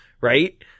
right